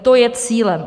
To je cílem.